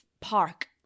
park